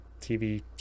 tv